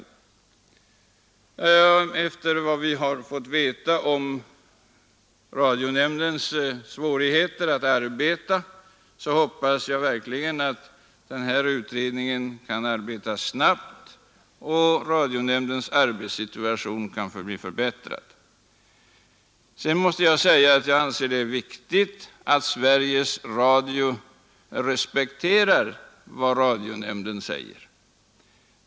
Efter vad vi har fått veta om radionämndens svårigheter att arbeta hoppas jag verkligen att utredningen kan arbeta snabbt och att radionämndens arbetssituation kan förbättras. Jag anser det viktigt att Sveriges Radio respekterar vad radionämnden säger.